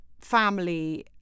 family